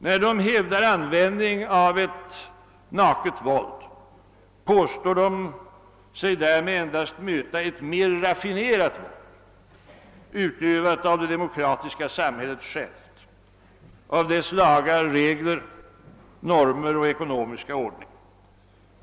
När de hävdar användning av ett naket våld påstår de sig därmed endast möta ett mer raffinerat våld utövat av det demokratiska samhället självt, av dess lagar, regler, normer och ekonomiska ordning.